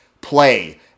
play